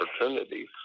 opportunities